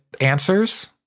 answers